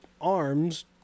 arms